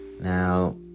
Now